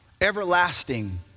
everlasting